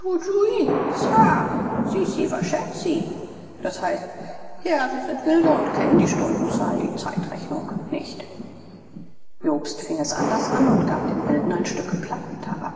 waschenzi d h herr wir sind wilde und kennen die stundenzahl die zeitrechnung nicht jobst fing es anders an und gab dem wilden ein stück